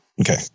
Okay